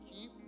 keep